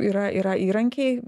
yra yra įrankiai